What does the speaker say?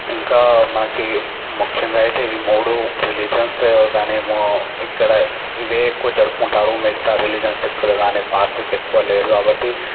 ఇంకా మనకి ముఖ్యంగా అయితే ఇవి మూడు రిలీజియన్స్ కానీ మూ ఇక్కడ ఇవే ఎక్కువ జరుపుకుంటారు మిగతా రిలీజియన్స్ సిక్కులు కానీ పార్సీస్ ఎక్కువలేరు కాబట్టి